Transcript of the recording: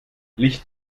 licht